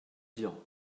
dire